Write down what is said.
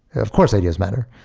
of course, ideas matter.